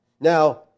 Now